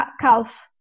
calf